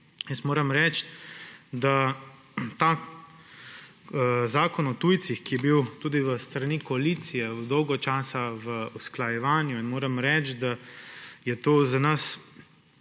Moram reči, da ta zakon o tujcih, ki je bil tudi s strani koalicije dolgo časa v usklajevanju, in moram reči, da je to za nas